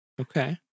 Okay